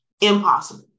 impossible